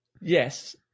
yes